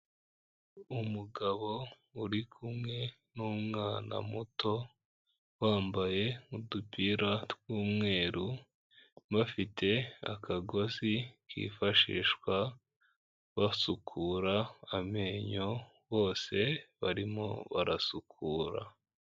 Umugabo uri kumwe n'umwana muto, bambaye n'udupira tw'umweru, bafite akagozi kifashishwa basukura amenyo bose barimo barasukura.